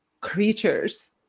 creatures